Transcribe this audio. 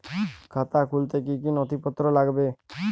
খাতা খুলতে কি কি নথিপত্র লাগবে?